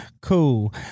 cool